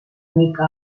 mica